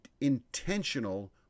intentional